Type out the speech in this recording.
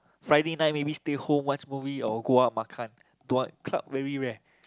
Friday night maybe stay home watch movie or go out makan don't want club very rare